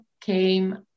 came